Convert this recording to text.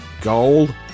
Gold